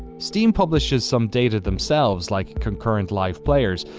steam publishes some data themselves, like concurrent live players.